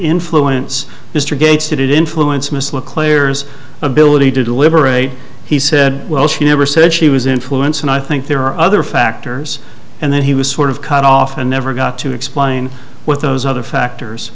influence mr gates did it influence miss look layers ability to deliberate he said well she never said she was influence and i think there are other factors and then he was sort of cut off and never got to explain what those other factors